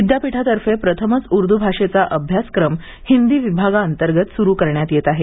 विद्यापीठातर्फे प्रथमच उर्दू भाषेचा अभ्यासक्रम हिंदी विभागांतर्गत सुरू करण्यात येत आहे